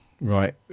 right